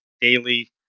daily